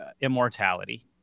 immortality